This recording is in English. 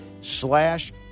slash